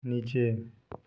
নিচে